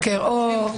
בוקר אור.